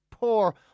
Poor